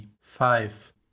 five